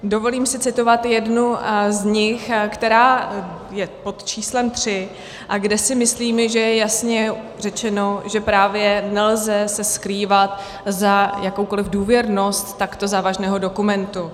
Dovolím si citovat jednu z nich, která je pod číslem 3 a kde si myslím, že je jasně řečeno, že právě nelze se skrývat za jakoukoliv důvěrnost takto závažného dokumentu.